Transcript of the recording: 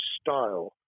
style